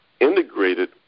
integrated